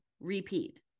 Repeat